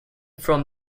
from